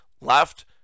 left